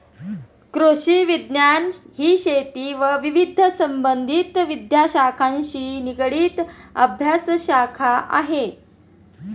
कृषिविज्ञान ही शेती व विविध संबंधित विद्याशाखांशी निगडित अभ्यासशाखा आहे